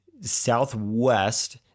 Southwest